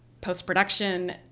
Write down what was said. post-production